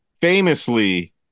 famously